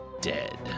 dead